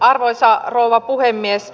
arvoisa rouva puhemies